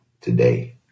today